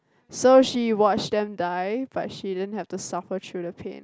so she watched them die but she didn't have to suffer through the pain